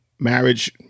marriage